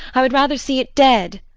i would rather see it dead.